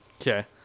okay